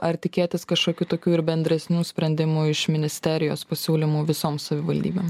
ar tikėtis kažkokių tokių ir bendresnių sprendimų iš ministerijos pasiūlymų visoms savivaldybėm